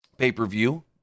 pay-per-view